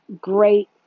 great